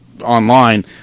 online